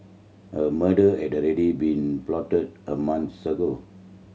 a murder had already been plotted a month ago